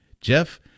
Jeff